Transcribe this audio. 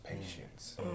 patience